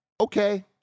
Okay